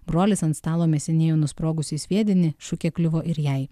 brolis ant stalo mėsinėjo nusprogusį sviedinį šukė kliuvo ir jai